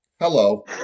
Hello